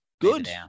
good